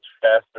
faster